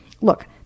Look